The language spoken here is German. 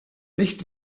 nicht